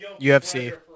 UFC